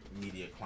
media